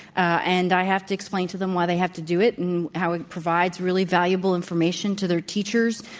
and i have to explain to them why they have to do it and how it provides really valuable information to their teachers